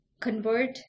convert